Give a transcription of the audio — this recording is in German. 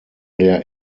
der